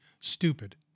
stupid